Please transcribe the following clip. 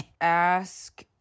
ask